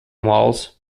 walls